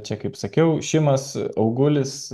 čia kaip sakiau šimas augulis